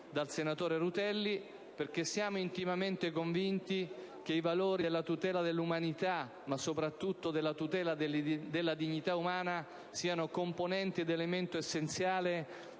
dal senatore Rutelli in quanto siamo intimamente convinti che i valori della tutela dell'umanità, ma soprattutto della tutela della dignità umana, siano componente ed elemento essenziale